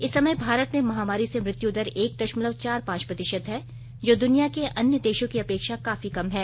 इस समय भारत में महामारी से मृत्यु दर एक दशमलव चार पांच प्रतिशत है जो दुनिया के अन्य देशों की अपेक्षा काफी कम है